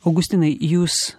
augustinai jūs